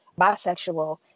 Bisexual